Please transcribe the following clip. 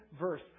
verse